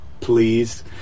Please